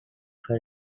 for